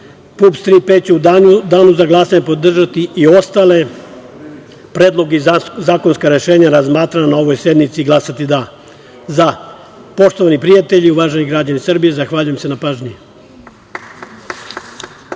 P“ će u danu za glasanje podržati i ostale predloge i zakonska rešenja razmatrana na ovoj sednici i glasati za. Poštovani prijatelji, uvaženi građani Srbije, zahvaljujem se na pažnji.